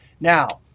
now,